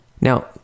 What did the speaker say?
Now